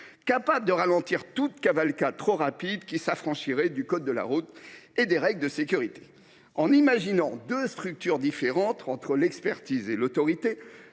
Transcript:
capable de ralentir toute cavalcade trop rapide qui s’affranchirait du code de la route et des règles de sécurité. En imaginant deux structures différentes, réparties entre l’expertise et l’autorité,